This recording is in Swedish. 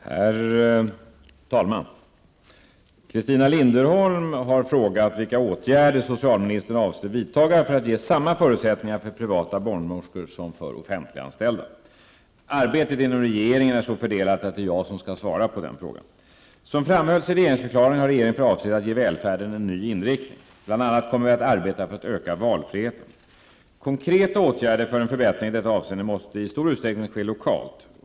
Herr talman! Christina Linderholm har frågat vilka åtgärder socialministern avser vidtaga för att ge samma förutsättningar för privata barnmorskor som för offentliganställda. Arbetet inom regeringen är så fördelat att det är jag som skall svara på frågan. Som framhölls i regeringsförklaringen har regeringen för avsikt att ge välfärden en ny inriktning. Bl.a. kommer vi att arbeta för att öka valfriheten. Konkreta åtgärder för en förbättring i detta avseende måste i stor utsträckning ske lokalt.